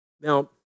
Now